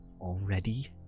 already